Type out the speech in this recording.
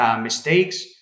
mistakes